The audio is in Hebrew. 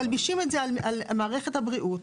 מלבישים את זה על מערכת הבריאות,